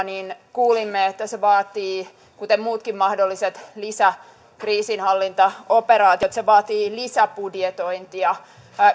niin kuulimme että se kuten muutkin mahdolliset lisäkriisinhallintaoperaatiot vaatii lisäbudjetointia